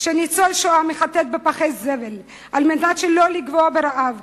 כשניצול השואה מחטט בפחי זבל כדי לא לגווע ברעב,